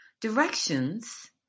Directions